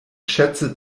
schätze